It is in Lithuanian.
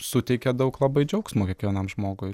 suteikia daug labai džiaugsmo kiekvienam žmogui